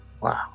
Wow